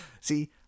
See